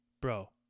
Bro